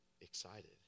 excited